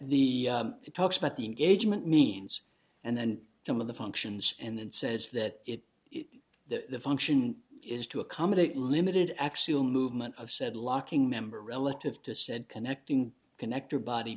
the talks about the engagement means and then some of the functions and says that it is the function is to accommodate limited actual movement of said locking member relative to said connecting connector body